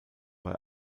bei